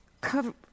cover